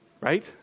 Right